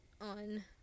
on